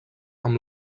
amb